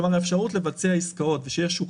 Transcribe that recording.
כלומר האפשרות לבצע עסקאות ושיהיה שוק